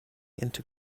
into